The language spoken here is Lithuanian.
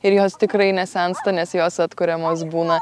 ir jos tikrai nesensta nes jos atkuriamos būna